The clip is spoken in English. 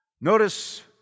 Notice